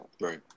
right